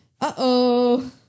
Uh-oh